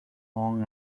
long